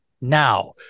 now